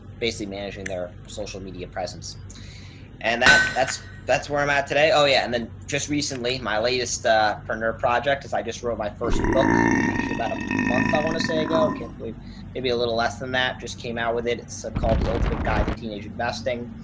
basically managing their social media presence and that, that's, that's where i'm at today. oh yeah. and then just recently, my latest, ah, for neuro project is, i just wrote my first book, actually about a month, i want to say ago, can't believe maybe a little less than that. just came out with it. it's ah called the ultimate guide to teenage investing.